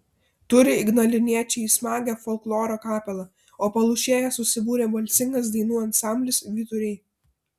turi ignaliniečiai smagią folkloro kapelą o palūšėje susibūrė balsingas dainų ansamblis vyturiai